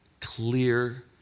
clear